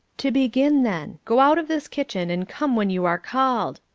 to begin, then go out of this kitchen and come when you are called,